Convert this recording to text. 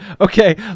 Okay